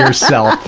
um so,